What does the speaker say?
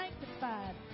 sanctified